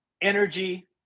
energy